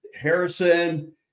Harrison